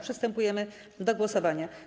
Przystępujemy do głosowania.